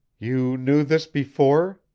you knew this before?